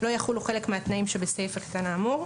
לא יחולו חלק מהתנאים שבסעיף הקטן האמור,